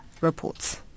reports